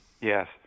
Yes